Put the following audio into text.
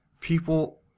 people